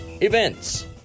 events